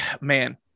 man